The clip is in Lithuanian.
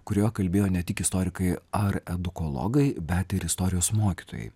kurioje kalbėjo ne tik istorikai ar edukologai bet ir istorijos mokytojai